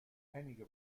einige